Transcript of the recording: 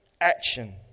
action